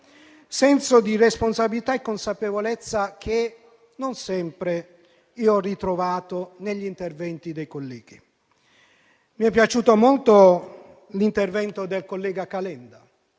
senso di responsabilità e consapevolezza, che non sempre ho ritrovato negli interventi dei colleghi. Mi è piaciuto molto l'intervento del senatore Calenda.